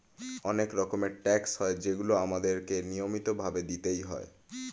অনেক রকমের ট্যাক্স হয় যেগুলো আমাদের কে নিয়মিত ভাবে দিতেই হয়